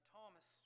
Thomas